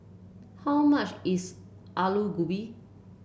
how much is Alu Gobi